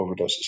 overdoses